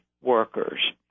workers